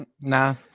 Nah